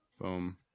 Boom